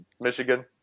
Michigan